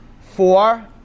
Four